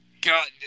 God